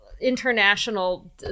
International